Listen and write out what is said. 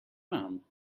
maan